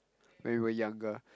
when we were younger